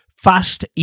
fast